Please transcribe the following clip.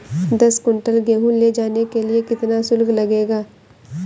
दस कुंटल गेहूँ ले जाने के लिए कितना शुल्क लगेगा?